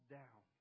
down